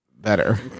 better